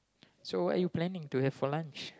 so what are you planning to have for lunch